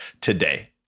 today